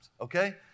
okay